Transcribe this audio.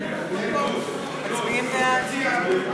מתי זה ייגמר,